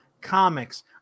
comics